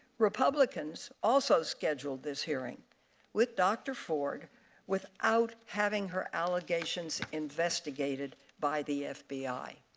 republicans also schedule this hearing with dr ford without having her allegations investigated by the fbi.